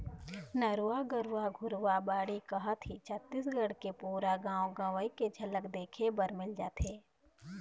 नरूवा, गरूवा, घुरूवा, बाड़ी कहत ही छत्तीसगढ़ के पुरा गाँव गंवई के झलक देखे बर मिल जाथे